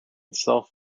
self